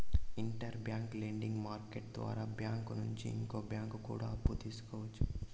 inter bank lending market ద్వారా bank నుంచి ఇంకో బ్యాంకు కూడా అప్పు తీసుకోవచ్చు